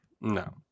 No